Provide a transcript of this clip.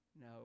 No